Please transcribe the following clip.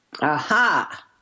Aha